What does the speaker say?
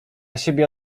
siebie